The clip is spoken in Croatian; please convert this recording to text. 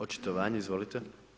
Očitovanje, izvolite.